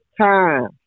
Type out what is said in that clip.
time